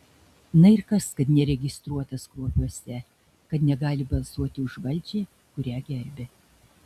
na ir kas kad neregistruotas kruopiuose kad negali balsuoti už valdžią kurią gerbia